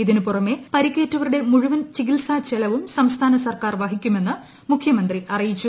ഇതിനുപുറമേ പരിക്കേറ്റ വരുടെ മുഴുവൻ ചികിത്സാചെലുക്കൂർ സ്സ്ഥാന സർക്കാർ വഹിക്കുമെന്ന് മുഖ്യമന്ത്രി ആറിയിച്ചു